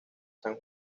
san